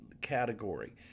category